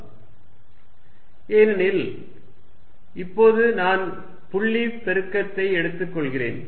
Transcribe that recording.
rr p4π0r3 ஏனெனில் இப்போது நான் புள்ளி பெருக்கத்தை எடுத்துக் கொள்கிறேன்